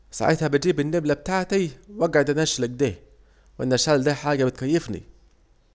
ساعتها بجيب النبلة بتاعتي واجعد انشل اكده، والنشال ديه حاجة بتكيفني